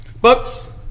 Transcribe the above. Books